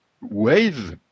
ways